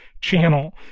channel